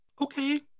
okay